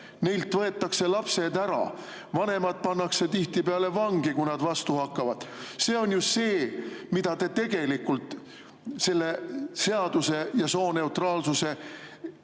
muuta, võetakse lapsed ära. Vanemad pannakse tihtipeale vangi, kui nad vastu hakkavad. See on ju see, mida te tegelikult selle seaduse ja sooneutraalsuse